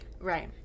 Right